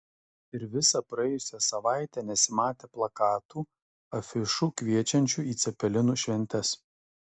ir visą praėjusią savaitę nesimatė plakatų afišų kviečiančių į cepelinų šventes